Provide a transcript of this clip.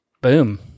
Boom